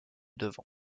devant